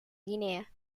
guinea